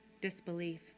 disbelief